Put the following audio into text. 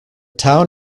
town